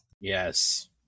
Yes